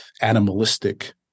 animalistic